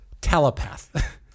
telepath